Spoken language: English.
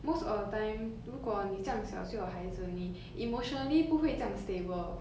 most of the time 如果你这样小就有孩子你 emotionally 不会这样 stable